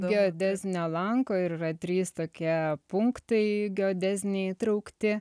geodezinio lanko ir yra trys tokie punktai geodeziniai įtraukti